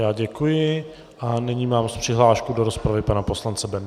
Já děkuji a nyní mám přihlášku do rozpravy pana poslance Bendy.